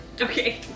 Okay